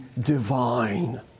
divine